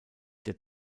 der